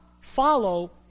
follow